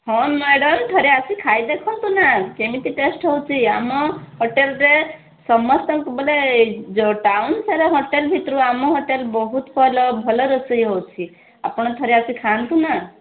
ହଁ ମ୍ୟାଡ଼ମ୍ ଥରେ ଆସି ଖାଇ ଦେଖନ୍ତୁ ନା କେମିତି ଟେଷ୍ଟ ହେଉଛି ଆମ ହୋଟେଲରେ ସମସ୍ତଙ୍କୁ ମାନେ ଯେଉଁ ଟାଉନ୍ ସାରା ହୋଟେଲ ଭିତରୁ ଆମ ହୋଟେଲ୍ ବହୁତ ଭଲ ଭଲ ରୋଷେଇ ହେଉଛି ଆପଣ ଥରେ ଆସି ଖାଆନ୍ତୁ ନା